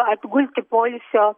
atgulti poilsio